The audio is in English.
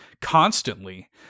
constantly